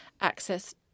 access